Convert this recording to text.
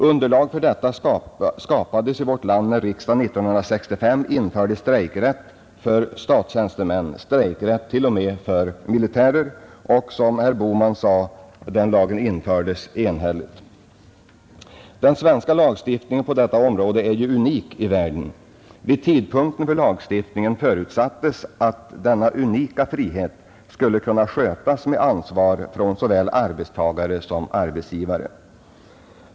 Underlag för detta skapades i vårt land när riksdagen 1965 införde strejkrätt för statstjänstemän, strejkrätt till och med för militärer. Som herr Bohman påpekade var beslutet om införandet av den lagen enhälligt. Den svenska lagstiftningen på detta område är ju unik i världen. Vid tidpunkten för lagstiftningen förutsattes att denna unika frihet skulle kunna skötas med ansvar av såväl arbetstagare som arbetsgivare.